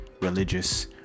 religious